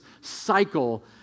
cycle